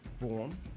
born